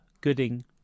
Gooding